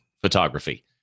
photography